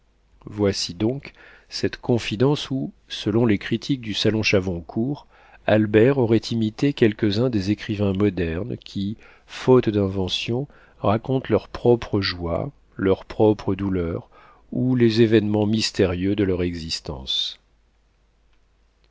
voici donc cette confidence où selon les critiques du salon chavoncourt albert aurait imité quelques-uns des écrivains modernes qui faute d'invention racontent leurs propres joies leurs propres douleurs ou les événements mystérieux de leur existence